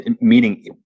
meaning